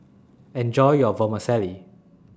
Enjoy your Vermicelli